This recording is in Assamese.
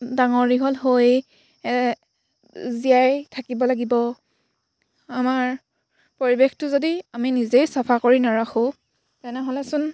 ডাঙৰ দীঘল হৈ জীয়াই থাকিব লাগিব আমাৰ পৰিৱেশটো যদি আমি নিজেই চাফা কৰি নাৰাখোঁ তেনেহ'লেচোন